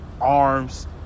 arms